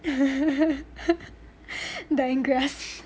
dying grass